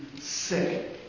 sick